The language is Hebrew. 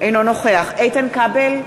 אינו נוכח איתן כבל,